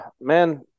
man